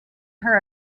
her